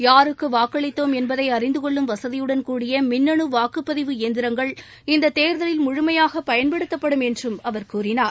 யாருக்கு வாக்களித்தோம் என்பதை அறிந்துகொள்ளும் வசதியுடன் கூடிய மின்னனு வாக்குப்பதிவு இயந்திரங்கள் இந்த தேர்தலில் முழுமையாக பயன்படுத்தப்படும் என்றும் அவர் கூறினார்